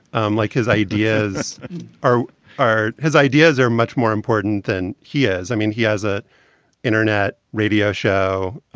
um like his ideas are are his ideas are much more important than he is. i mean, he has a internet radio show.